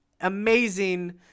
amazing